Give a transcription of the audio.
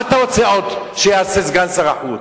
מה אתה רוצה עוד שיעשה סגן שר החוץ?